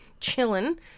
chilling